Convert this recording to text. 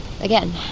Again